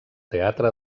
teatre